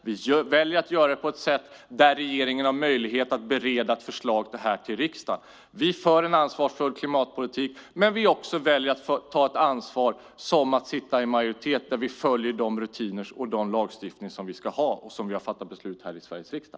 Vi väljer att göra det på ett sådant sätt att regeringen har möjlighet att bereda förslag till riksdagen. Vi för en ansvarsfull klimatpolitik. Vi väljer att ta vårt ansvar i majoritet och följa de rutiner och lagar vi har fattat beslut om i Sveriges riksdag.